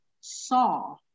saw